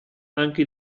anche